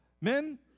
Men